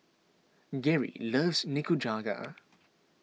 Geri loves Nikujaga